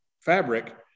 fabric